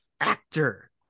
actor